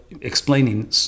explaining